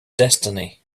destiny